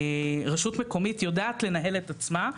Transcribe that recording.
רשות מקומית יודעת לנהל את עצמה.